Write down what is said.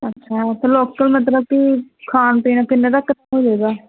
ਅੱਛਾ ਲੋਕਲ ਮਤਲਬ ਕਿ ਖਾਣ ਪੀਣ ਕਿੰਨੇ ਦਾ